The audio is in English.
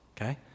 Okay